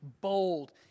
bold